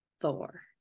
Thor